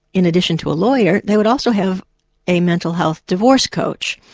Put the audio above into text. in addition to a lawyer, they would also have a mental health divorce coach.